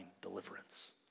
deliverance